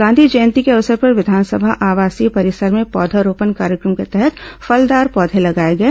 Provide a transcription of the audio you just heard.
गांधी जयंती के अवसर पर विधानसभा आवासीय परिसर में पौधरोपण कार्यक्रम के तहत फलदार पौधे लगाए गए